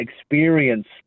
experience